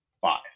five